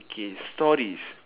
okay stories